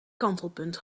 kantelpunt